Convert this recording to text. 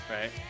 right